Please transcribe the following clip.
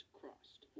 crossed